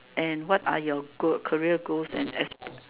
and what are you goal career goals and aspire